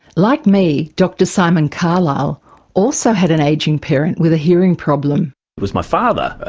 like me, dr simon carlisle also had an aging parent with a hearing problem. it was my father,